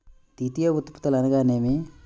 ద్వితీయ ఉత్పత్తులు అనగా నేమి?